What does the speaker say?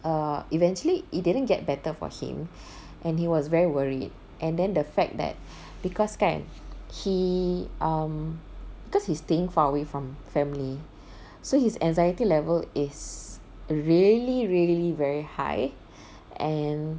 err eventually it didn't get better for him and he was very worried and then the fact that because kan he um because he's staying far away from family so his anxiety level is really really very high and